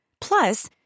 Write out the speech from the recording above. Plus